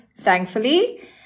thankfully